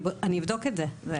אני אבדוק את זה.